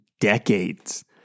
decades